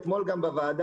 אתמול גם בוועדה,